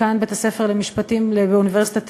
דיקן בית-הספר למשפטים באוניברסיטת תל-אביב,